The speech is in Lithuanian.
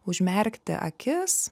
užmerkti akis